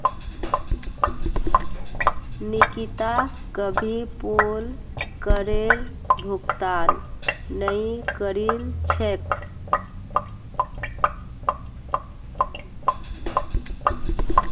निकिता कभी पोल करेर भुगतान नइ करील छेक